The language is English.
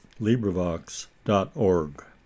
LibriVox.org